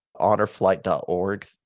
honorflight.org